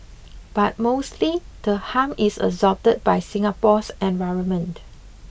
but mostly the harm is absorbed by Singapore's environment